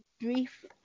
brief